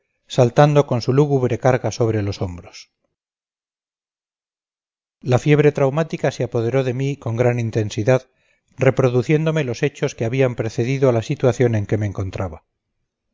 saltando con su lúgubre carga sobre los hombros la fiebre traumática se apoderó de mí con gran intensidad reproduciéndome los hechos que habían precedido a la situación en que me encontraba